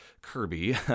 Kirby